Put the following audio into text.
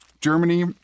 Germany